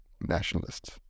nationalists